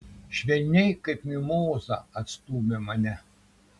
švelniai kaip mimozą atstūmė mane